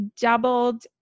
doubled